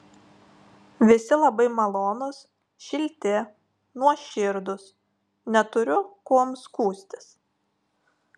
visi labai malonūs šilti nuoširdūs neturiu kuom skųstis